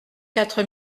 quatre